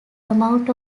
amount